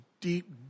deep